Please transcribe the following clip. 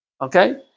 Okay